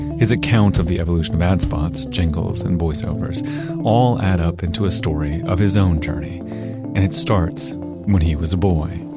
his account of the evolution of ads spots, jingles and voice-overs all add up into a story of his own journey and it starts when he was a boy